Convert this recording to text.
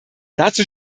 dazu